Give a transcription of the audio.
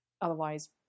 otherwise